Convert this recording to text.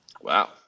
Wow